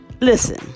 Listen